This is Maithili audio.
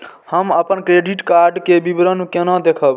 हम अपन क्रेडिट कार्ड के विवरण केना देखब?